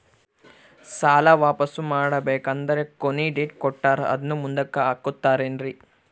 ಸಾಲ ವಾಪಾಸ್ಸು ಮಾಡಬೇಕಂದರೆ ಕೊನಿ ಡೇಟ್ ಕೊಟ್ಟಾರ ಅದನ್ನು ಮುಂದುಕ್ಕ ಹಾಕುತ್ತಾರೇನ್ರಿ?